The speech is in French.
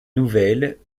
nouvelles